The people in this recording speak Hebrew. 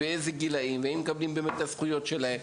כדי לדעת באיזה גילאים הם והאם הם מקבלים את הזכויות שלהם,